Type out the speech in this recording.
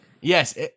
Yes